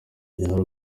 nyarwo